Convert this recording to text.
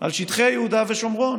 על שטחי יהודה ושומרון,